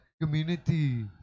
community